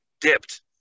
dipped